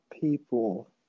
people